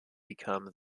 become